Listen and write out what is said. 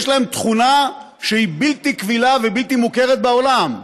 יש להם תכונה שהיא בלתי קבילה ובלתי מוכרת בעולם,